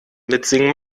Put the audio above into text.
mitsingen